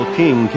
king